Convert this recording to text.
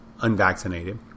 unvaccinated